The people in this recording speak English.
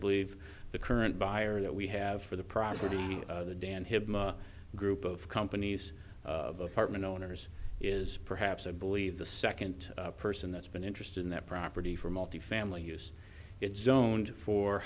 believe the current buyer that we have for the property the dan hip group of companies of apartment owners is perhaps i believe the second person that's been interested in that property for multi family use it zoned for